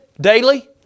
daily